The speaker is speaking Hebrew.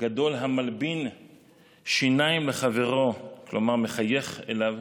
"גדול המלבין שיניים לחברו", כלומר מחייך אליו,